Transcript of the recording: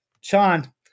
Sean